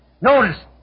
Notice